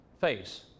face